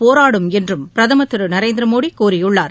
போராடும் என்றும பிரதமர் திரு நரேந்திர மோடி கூறியுள்ளார்